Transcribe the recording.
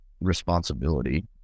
responsibility